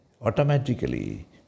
automatically